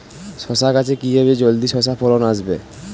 শশা গাছে কিভাবে জলদি শশা ফলন আসবে?